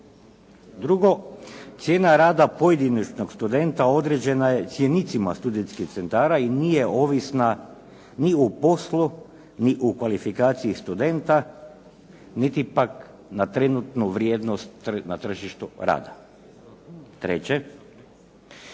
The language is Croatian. Drugo, cijena rada pojedinačnog studenta određena je cjenicima studentskih centara i nije ovisna ni o poslu ni o kvalifikaciji studenta niti pak na trenutnu vrijednost na tržištu rada. Treće,